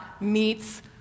meets